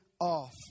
off